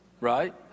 right